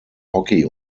hockey